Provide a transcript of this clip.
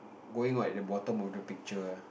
going right the bottom of the picture